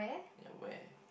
at where